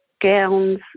gown's